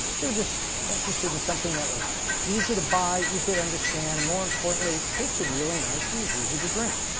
they were just interested in something that was easy to buy, easy to understand, and more importantly, tasted really nice and was easy to drink.